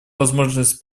возможность